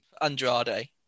Andrade